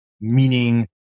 meaning